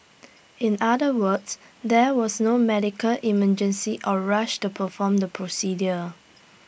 in other words there was no medical emergency or rush to perform the procedure